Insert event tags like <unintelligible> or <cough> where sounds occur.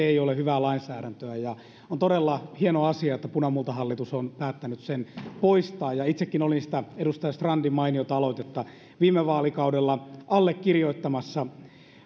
<unintelligible> ei ole hyvää lainsäädäntöä on todella hieno asia että punamultahallitus on päättänyt sen poistaa ja itsekin olin sitä edustaja strandin mainiota aloitetta viime vaalikaudella allekirjoittamassa